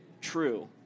true